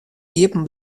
iepen